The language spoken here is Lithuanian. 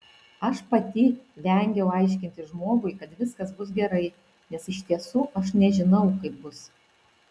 aš pati vengiu aiškinti žmogui kad viskas bus gerai nes iš tiesų aš nežinau kaip bus